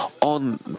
on